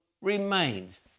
remains